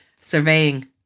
surveying